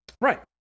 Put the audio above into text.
right